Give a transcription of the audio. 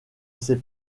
ces